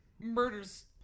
murders